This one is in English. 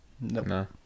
No